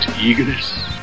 eagerness